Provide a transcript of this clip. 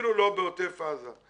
אפילו לא בעוטף עזה?